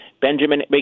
Benjamin